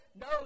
No